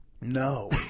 No